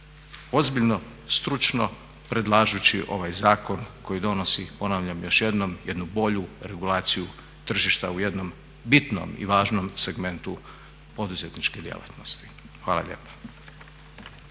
ozbiljno, stručno predlažući ovaj zakon koji donosi, ponavljam još jednom, jednu bolju regulaciju tržišta u jednom bitnom i važnom segmentu poduzetničke djelatnosti. Hvala lijepa.